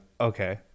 okay